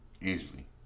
Easily